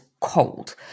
cold